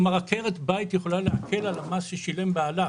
עקרת בית יכולה להקל על המס ששילם בעלה,